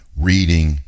reading